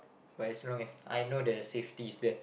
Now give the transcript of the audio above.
but as long as I know the safety is there